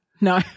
No